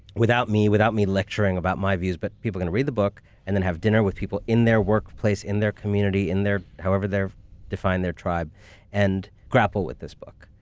without me, without me lecturing about my views, but people can read the book and then have dinner with people in their workplace, in their community, in their however they define their tribe and grapple with this book.